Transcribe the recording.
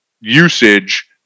usage